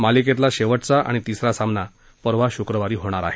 मालिकेतला शेवाज्ञा आणि तिसरा सामना परवा शुक्रवारी होणार आहे